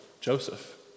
Joseph